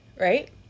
right